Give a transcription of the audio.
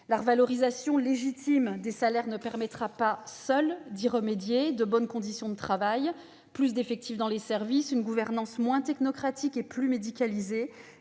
La revalorisation légitime des salaires ne permettra pas, seule, d'y remédier. De bonnes conditions de travail, davantage d'effectifs dans les services, une gouvernance moins technocratique et plus médicalisée,